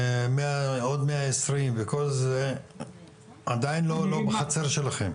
עוד מאה עשרים וכל זה עדיין לא בחצר שלכם.